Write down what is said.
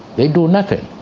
they do nothing.